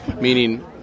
Meaning